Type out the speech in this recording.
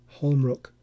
Holmrook